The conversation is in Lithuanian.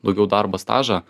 daugiau darbo stažą